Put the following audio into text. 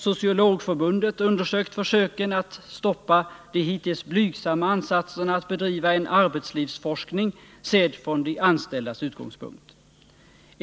Sociologförbundet har undersökt försöken att stoppa de hittills blygsamma ansatserna att bedriva en arbetslivsforskning som tar upp förhållandena från de anställdas synpunkt.